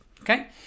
okay